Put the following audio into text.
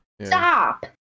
Stop